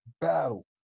battle